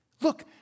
Look